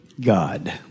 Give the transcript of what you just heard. God